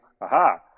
aha